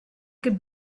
could